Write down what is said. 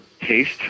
taste